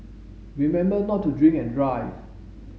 remember not to drink and drive